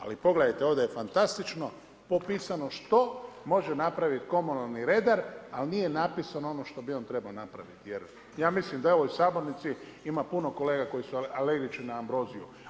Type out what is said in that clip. Ali pogledajte ovdje je fantastično popisano što može napraviti komunalni redar, ali nije napisano ono što bi on trebao napraviti jer ja mislim da u ovoj sabornici ima puno kolega koji su alergični na ambroziju.